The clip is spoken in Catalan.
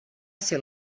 ser